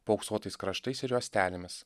paauksuotais kraštais ir juostelėmis